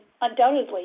undoubtedly